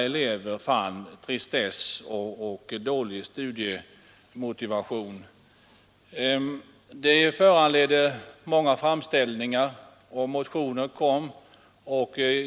elever upplevde tristess och dålig studiemotivation. Det föranledde många framställningar och motioner inte minst från centerhåll.